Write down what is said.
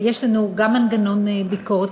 יש לנו גם מנגנון ביקורת,